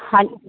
ਹਾਂਜੀ